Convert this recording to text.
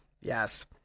yes